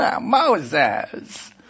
Moses